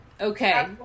okay